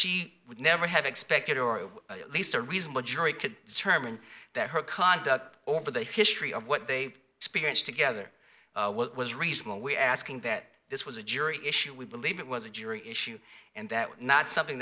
she would never have expected or at least a reasonable jury could sermon that her conduct over the history of what they experienced together was reasonable we asking that this was a jury issue we believe it was a jury issue and that was not something